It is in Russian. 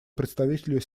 представителю